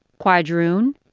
quadroon,